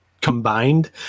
combined